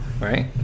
Right